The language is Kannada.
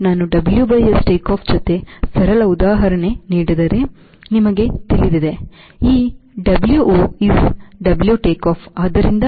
ನಾನು WS ಟೇಕ್ಆಫ್ ಜೊತೆ ಸರಳ ಉದಾಹರಣೆ ನೀಡಿದರೆ ನಿಮಗೆ ತಿಳಿದಿದೆ ಈ Wo is W takeoff